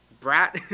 brat